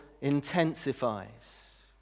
intensifies